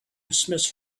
dismissed